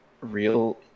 real